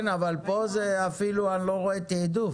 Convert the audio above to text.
כן, אבל פה זה אפילו, אני לא רואה תיעדוף.